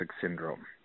syndrome